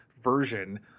version